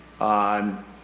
on